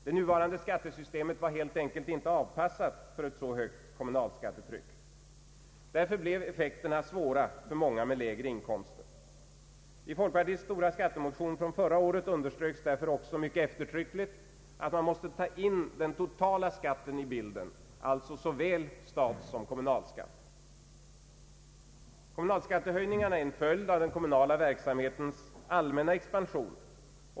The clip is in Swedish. Det nuvarande skattesystemet var helt enkelt inte avpassat för ett så högt kommunalskattetryck. Därför blev effekterna svåra för många med lägre inkomster. I folkpartiets stora skattemotion från förra året underströks därför också mycket eftertryckligt att man måste ta in den totala skatten i bilden — alltså såväl statssom kommunalskatt. Kommunalskattehöjningarna är en följd av den kommunala verksamhetens allmänna expansion.